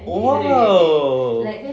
!wow!